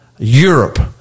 Europe